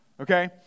okay